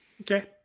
Okay